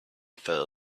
fell